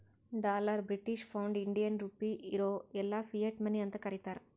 dollar, British pound, Indian rupee, euro ಎಲ್ಲಾ fiat money ಅಂತ್ ಕರೀತಾರ